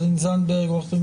תודה.